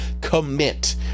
commit